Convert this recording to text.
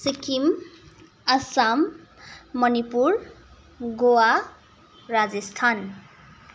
Sikkim Assam Manipur Goa Rajasthan